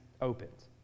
opens